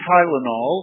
Tylenol